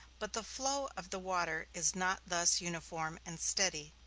but the flow of the water is not thus uniform and steady.